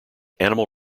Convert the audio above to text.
animal